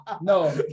no